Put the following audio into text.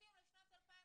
שמתאים לשנת 2018,